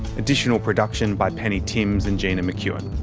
additional production by penny timms and gina mckeon.